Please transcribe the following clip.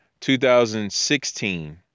2016